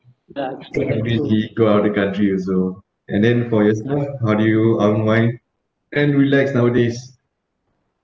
go out the country also and then for yourself how do you unwind and relax nowadays